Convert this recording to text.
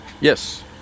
Yes